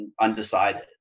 undecided